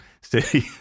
city